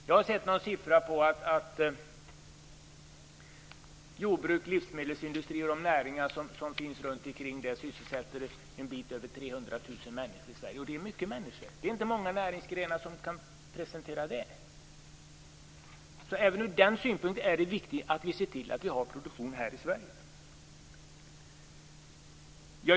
Jag har sett någon siffra på att jordbruk, livsmedelsindustri och de näringar som finns kring detta sysselsätter en bit över 300 000 människor i Sverige, och det är många människor. Det är inte många näringsgrenar som kan presentera motsvarande siffra. Så även ur den synpunkten är det viktigt att vi ser till att vi har produktion här i Sverige.